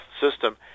system